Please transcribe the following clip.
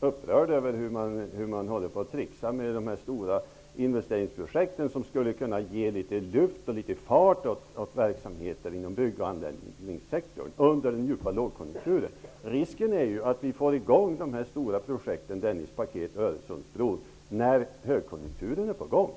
upprörd över hur man tricksxar med de stora investeringsprojekten som skulle kunna ge litet fart på verksamheten inom bygg och anläggningssektorn under den djupa lågkonjunkturen. Risken är att vi får i gång de stora projekten -- Dennispaketet och Öresundsbron -- när konjunkturen har vänt.